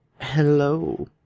hello